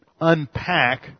unpack